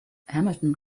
hamilton